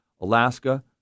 Alaska